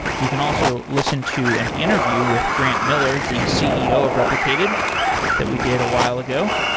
you can also listen to an interview with grant miller, the ceo of replicated that we did a while ago.